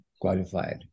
qualified